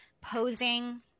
posing